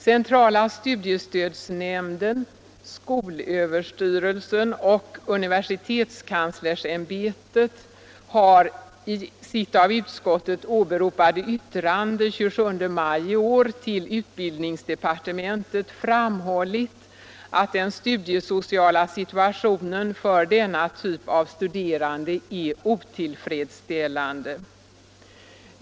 Centrala studiestödsnämnden, skolöverstyrelsen och universitetskanslersämbetet har i sitt av utskottet åberopade yttrande den 27 maj i år till utbildningsdepartementet framhållit att den studiesociala situationen för denna typ av studerande är otillfredsställande.